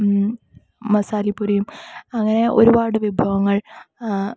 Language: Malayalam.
മസാല പൂരിയും അങ്ങനെ ഒരുപാട് വിഭവങ്ങൾ